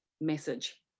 message